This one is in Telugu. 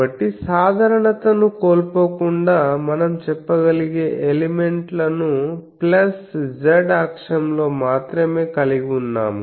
కాబట్టి సాధారణతను కోల్పోకుండా మనం చెప్పగలిగే ఎలిమెంట్ ల ను ప్లస్ z అక్షంలో మాత్రమే కలిగి ఉన్నాము